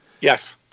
Yes